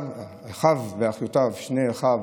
שני אחיו